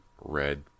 red